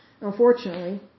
unfortunately